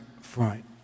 Front